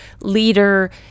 leader